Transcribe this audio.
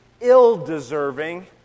ill-deserving